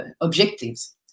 objectives